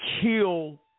kill